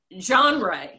genre